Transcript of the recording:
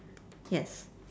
yes